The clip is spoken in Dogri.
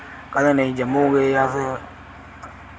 कदें नेईं जम्मू गे अस